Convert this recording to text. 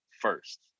first